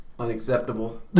unacceptable